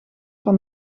van